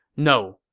no,